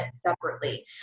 separately